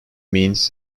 means